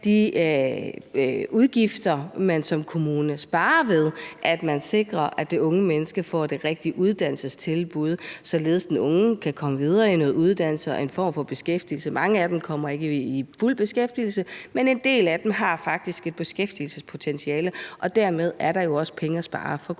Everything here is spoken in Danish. de udgifter, man som kommune sparer ved, at man sikrer, at det unge menneske får det rigtige uddannelsestilbud, således at den unge kan komme videre i noget uddannelse og en form for beskæftigelse. Mange af dem kommer ikke i fuld beskæftigelse, men en del af dem har faktisk et beskæftigelsespotentiale, og dermed er der jo også penge at spare for kommunen.